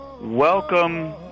welcome